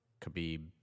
Khabib